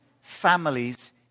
families